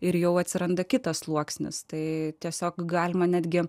ir jau atsiranda kitas sluoksnis tai tiesiog galima netgi